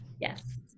Yes